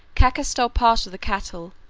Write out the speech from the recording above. cacus stole part of the cattle,